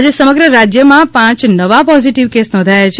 આજે સમગ્ર રાજ્યમાં પાંચ નવા પોઝીટીવ કેસ નોંધાયા છે